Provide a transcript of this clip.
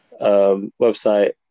website